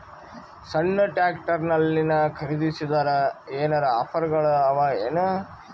ಸಣ್ಣ ಟ್ರ್ಯಾಕ್ಟರ್ನಲ್ಲಿನ ಖರದಿಸಿದರ ಏನರ ಆಫರ್ ಗಳು ಅವಾಯೇನು?